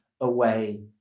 away